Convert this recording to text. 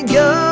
go